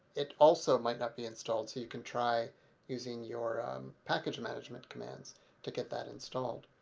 it also might not be installed so you can try using your package management commands to get that installed.